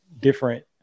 different